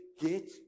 Get